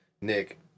Nick